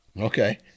Okay